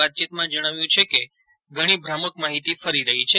વાતચીતમાં જણાવ્યું છે કે ઘણી ભ્રામક માહીતી ફરી રહી છે